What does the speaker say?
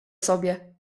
sobie